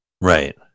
Right